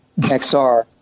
XR